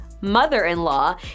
mother-in-law